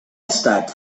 estat